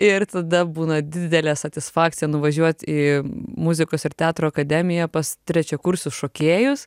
ir tada būna didelė satisfakcija nuvažiuot į muzikos ir teatro akademiją pas trečiakursius šokėjus